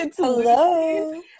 Hello